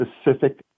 specific